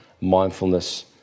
mindfulness